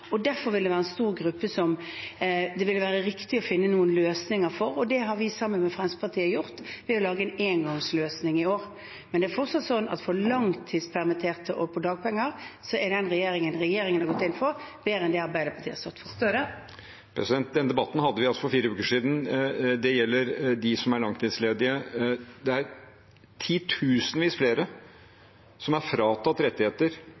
Derfor vil det være en stor gruppe som det ville være riktig å finne noen løsninger for, og det har vi sammen med Fremskrittspartiet gjort, ved å lage en engangsløsning i år. Men det er fortsatt sånn at for de langtidspermitterte og de på dagpenger er det som regjeringen har gått inn for, bedre enn det Arbeiderpartiet har stått for. Jonas Gahr Støre – til oppfølgingsspørsmål. Denne debatten hadde vi altså for fire uker siden. Det gjelder dem som er langtidsledige. Det er titusenvis flere som er fratatt rettigheter